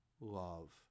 love